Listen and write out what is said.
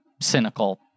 cynical